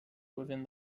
within